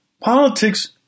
politics